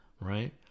right